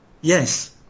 yes